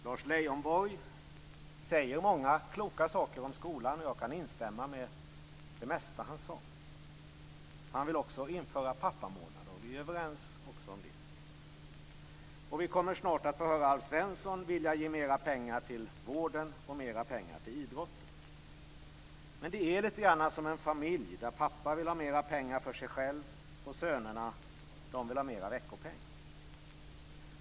Lars Leijonborg säger många kloka saker om skolan, och jag kan instämma i det mesta som han sade. Han vill också införa pappamånad, och vi är överens också om det. Vi kommer snart att få höra Alf Svensson vilja ge mera pengar till vården och idrotten. Det är litet grand som en familj där pappa vill ha mera pengar för sig själv och sönerna vill ha högre veckopeng.